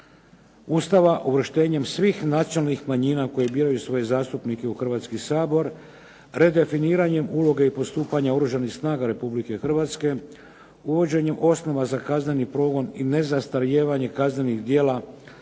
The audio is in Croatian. Ustava uvrštenjem svih nacionalnih manjina koje biraju svoje zastupnike u Hrvatski sabor redefiniranjem uloge i postupanja Oružanih snaga Republike Hrvatske, uvođenjem osnova za kazneni progon i nezastarijevanje kaznenih djela